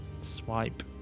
swipe